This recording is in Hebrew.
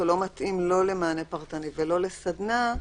לא מתאים לא למענה פרטני ולא לסדנה,